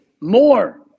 more